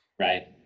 right